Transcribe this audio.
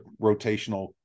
rotational